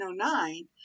1909